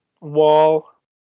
wall